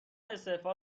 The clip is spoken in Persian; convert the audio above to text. استعفا